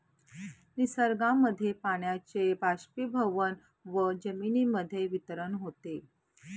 निसर्गामध्ये पाण्याचे बाष्पीभवन व जमिनीमध्ये वितरण होते